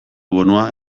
bonua